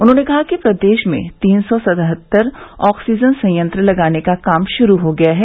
उन्होंने कहा कि प्रदेश में तीन सौ सतहत्तर ऑक्सीजन संयंत्र लगाने का काम शुरू हो गया है